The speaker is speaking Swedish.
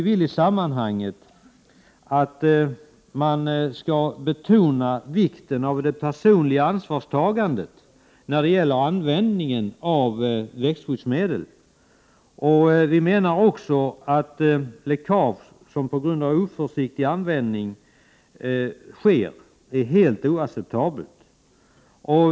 Vi anser att vikten av det personliga ansvarstagandet skall betonas när det gäller användningen av växtskyddsmedel. Vi menar att läckage som sker på grund av oförsiktig användning är helt oacceptabelt.